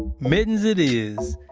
mittens it is.